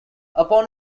upon